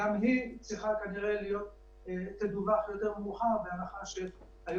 חלק